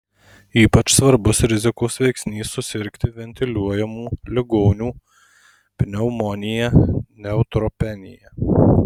ypač svarbus rizikos veiksnys susirgti ventiliuojamų ligonių pneumonija neutropenija